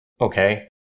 okay